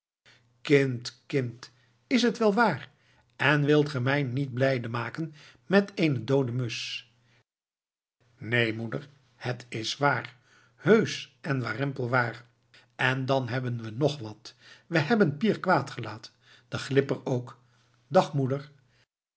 kind kind is het wel waar en wilt ge mij niet blijde maken met eene doode musch neen moeder het is waar heusch en warempel waar en dan hebben we nog wat we hebben pier quaet gelaet den glipper ook dag moeder